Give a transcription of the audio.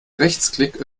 rechtsklick